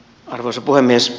arvoisa puhemies